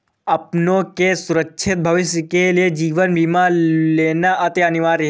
अपनों के सुरक्षित भविष्य के लिए जीवन बीमा लेना अति अनिवार्य है